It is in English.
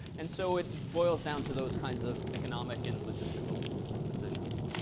and so it boils down to those kinds of economic and logistical decisions.